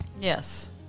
Yes